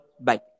Bye